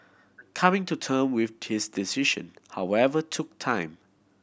coming to term with his decision however took time